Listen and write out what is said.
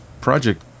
project